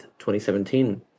2017